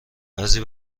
بعضی